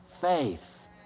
faith